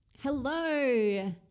Hello